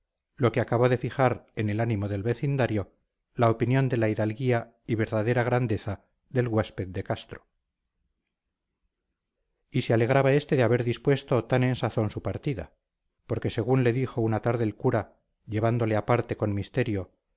lo que acabó de fijar en el ánimo del vecindario la opinión de la hidalguía y verdadera grandeza del huésped de castro y se alegraba este de haber dispuesto tan en sazón su partida porque según le dijo una tarde el cura llevándole aparte con misterio